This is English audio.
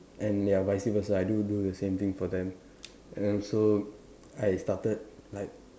and ya vice versa I do do the same thing for them and I also I started like